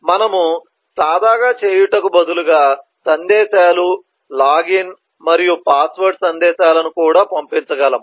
మనము సాదాగా చేయుటకు బదులుగా సందేశాలు లాగిన్ మరియు పాస్వర్డ్ సందేశాలను కూడా పంపించగలము